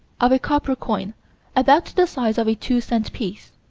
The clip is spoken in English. of a copper coin about the size of a two-cent piece,